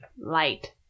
light